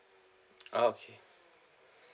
ah okay